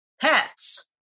pets